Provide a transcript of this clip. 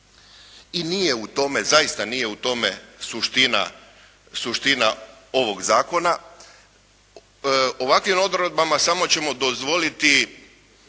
I nije u tome, zaista nije u tome suština ovog zakona. Ovakvim odredbama samo ćemo dozvoliti